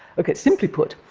ok, simply put,